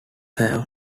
have